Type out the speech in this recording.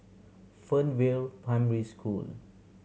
Fernvale Primary School